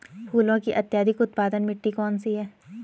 फूलों की अत्यधिक उत्पादन मिट्टी कौन सी है?